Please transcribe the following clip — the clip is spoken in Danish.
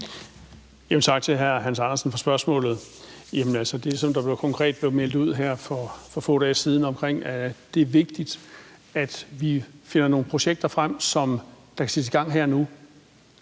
tak til hr. Hans Andersen for spørgsmålet. Altså, det blev konkret meldt ud her for få dage siden, at det er vigtigt, at vi finder nogle projekter frem, som kan sættes i gang her og